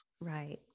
Right